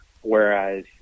whereas